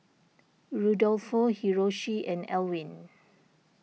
Rudolfo Hiroshi and Elwin